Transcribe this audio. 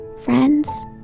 friends